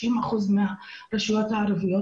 90% מהרשויות הערביות,